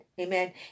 Amen